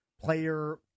player